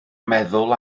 meddwl